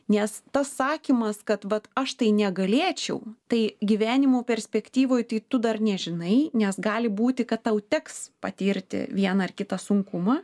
nes tas sakymas kad vat aš tai negalėčiau tai gyvenimo perspektyvoj tai tu dar nežinai nes gali būti kad tau teks patirti vieną ar kitą sunkumą